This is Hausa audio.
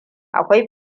akwai